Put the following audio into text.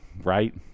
right